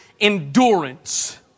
endurance